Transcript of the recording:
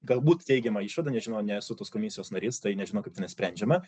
galbūt teigiamą išvadą nežinau nesu tos komisijos narys tai nežinau kaip tenai nesprendžiama